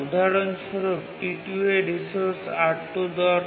উদাহরণস্বরূপ T2 এর resource R2 দরকার